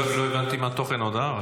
--- לא הבנתי מה תוכן ההודעה,